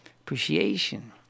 appreciation